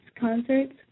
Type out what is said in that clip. concerts